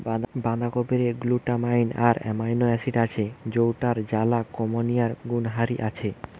বাঁধাকপিরে glutamine আর amino acid আছে যৌটার জ্বালা কমানিয়ার গুণহারি আছে